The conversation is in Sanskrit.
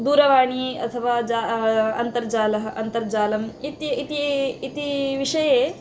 दूरवाणी अथवा जा अन्तर्जालः अन्तर्जालम् इति इति इति विषये